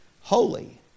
Holy